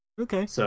Okay